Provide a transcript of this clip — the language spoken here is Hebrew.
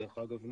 דרך אגב,